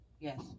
Yes